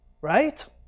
Right